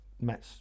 met